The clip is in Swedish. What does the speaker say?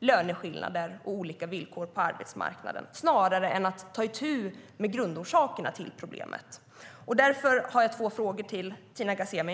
löneskillnader och olika villkor på arbetsmarknaden snarare än att ta itu med grundorsakerna till problemet. Därför har jag två frågor till Tina Ghasemi.